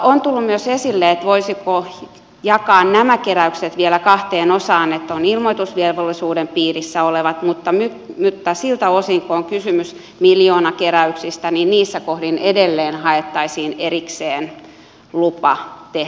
on tullut myös esille voisiko nämä keräykset jakaa vielä kahteen osaan että on ilmoitusvelvollisuuden piirissä olevat mutta siltä osin kun on kysymys miljoonakeräyksistä edelleen haettaisiin erikseen lupa tehdä rahankeräys